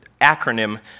acronym